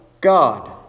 God